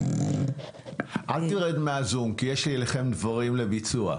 אל תרד מה-זום כי יש לי אליכם דברים לביצוע.